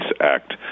Act